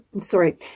sorry